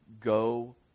go